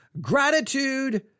Gratitude